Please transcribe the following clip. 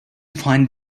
find